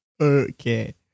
Okay